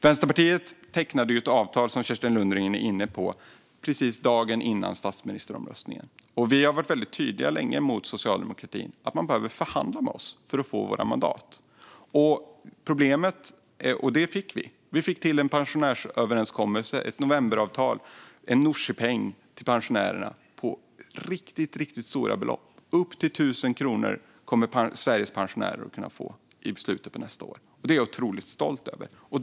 Vänsterpartiet tecknade ett avtal, som Kerstin Lundgren var inne på, dagen innan statsministeromröstningen. Vi har länge varit väldigt tydliga mot socialdemokratin med att man behöver förhandla med oss för att få våra mandat, och det fick vi. Vi fick till en pensionärsöverenskommelse, ett novemberavtal, en Nooshipeng till pensionärerna på riktigt stora belopp. Upp till 1 000 kronor kommer Sveriges pensionärer att kunna få i slutet av nästa år. Det är jag otroligt stolt över.